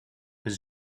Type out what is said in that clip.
his